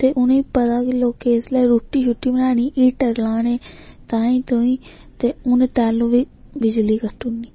ते उ'नें पता कि लोकें इसलै रुट्टी शुट्टी बनानी हीटर लाने ताईं तुईं ते उ'नें तैह्लू बी बिजली कट्टी ओड़नी